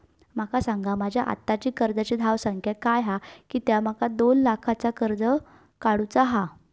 माका सांगा माझी आत्ताची कर्जाची धावसंख्या काय हा कित्या माका दोन लाखाचा कर्ज काढू चा हा?